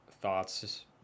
thoughts